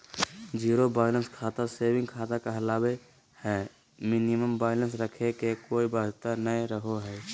zero balance खाता saving खाता कहलावय हय मिनिमम बैलेंस रखे के कोय बाध्यता नय रहो हय